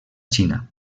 xina